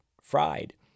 fried